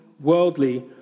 worldly